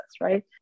right